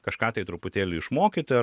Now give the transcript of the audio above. kažką tai truputėlį išmokyti